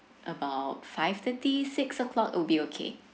about five thirty six o'clock would be okay